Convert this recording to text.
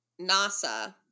NASA